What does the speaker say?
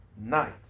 night